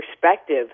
perspective